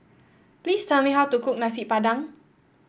please tell me how to cook Nasi Padang